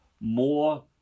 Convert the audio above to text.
more